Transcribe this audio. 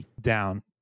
down